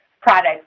products